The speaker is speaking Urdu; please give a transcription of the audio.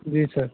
جی سر